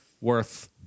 worth